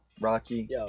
Rocky